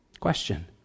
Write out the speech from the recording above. Question